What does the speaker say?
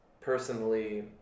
personally